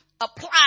apply